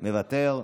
מוותר,